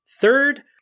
Third